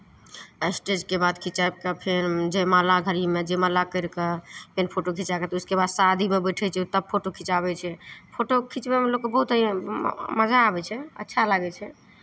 स्टेजके बाद खिचाय कऽ फेर जयमाला घरीमे जयमाला करि कऽ फेन फोटो घिचा कऽ तऽ उसके बाद शादीपर बैठै छै तब फोटो खिचाबै छै फोटो खिचबैमे लोककेँ बहुत मजा आबै छै अच्छा लागै छै